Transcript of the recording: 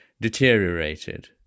deteriorated